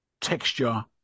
texture